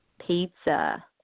Pizza